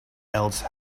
else